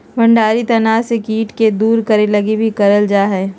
भंडारित अनाज से कीट के दूर करे लगी भी करल जा हइ